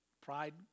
pride